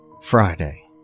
Friday